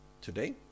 today